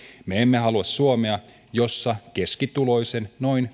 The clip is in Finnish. me emme halua suomea jossa keskituloisen noin